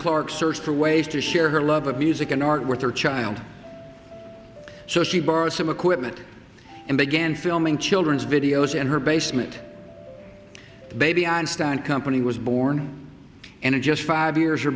clark searched for ways to share her love of music and art with her child so she borrowed some equipment and began filming children's videos in her basement baby einstein company was born and in just five years